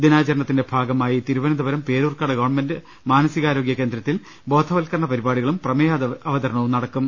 ദിനാചരണത്തിന്റെ ഭാഗമായി തിരുവനന്തപുരം പേരൂർക്കട ഗവൺമെന്റ് മാനസികാരോഗ്യ കേന്ദ്രത്തിൽ ബോധവൽക്കരണ പരിപാടികളും പ്രമേയാവതരണവും നടക്കും